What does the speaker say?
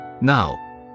Now